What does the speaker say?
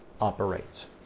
operates